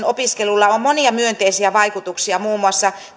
opiskelulla on monia myönteisiä vaikutuksia muun muassa